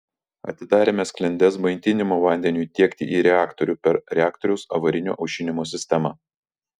atidarėme sklendes maitinimo vandeniui tiekti į reaktorių per reaktoriaus avarinio aušinimo sistemą